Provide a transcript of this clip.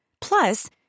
Plus